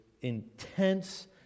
intense